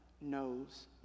knows